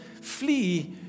flee